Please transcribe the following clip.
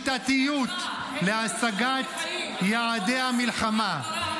אנחנו מתקדמים בשיטתיות להשגת יעדי המלחמה,